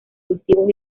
cultivos